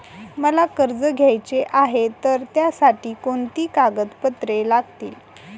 मला कर्ज घ्यायचे आहे तर त्यासाठी कोणती कागदपत्रे लागतील?